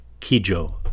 Kijo